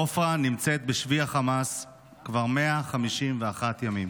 עפרה נמצאת בשבי החמאס כבר 151 ימים.